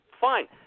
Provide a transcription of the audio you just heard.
fine